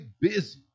busy